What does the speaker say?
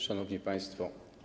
Szanowni Państwo!